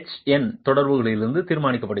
என் தொடர்புகளிலிருந்து தீர்மானிக்கப்படுகிறது